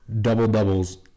double-doubles